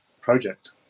project